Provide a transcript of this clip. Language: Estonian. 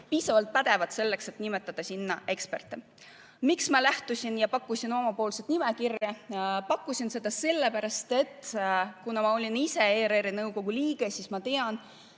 piisavalt pädevad selleks, et nimetada sinna eksperte. Miks ma pakkusin oma nimekirja? Pakkusin seda sellepärast, et kuna ma olen ise olnud ERR‑i nõukogu liige, siis ma tean,